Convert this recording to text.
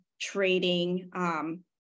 trading